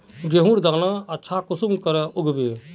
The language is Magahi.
गेहूँर दाना अच्छा कुंसम के उगबे?